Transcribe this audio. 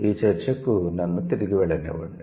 ఈ చర్చకు నన్ను తిరిగి వెళ్లనివ్వండి